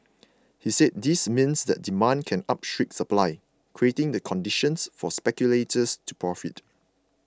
he said this means that demand can outstrip supply creating the conditions for speculators to profit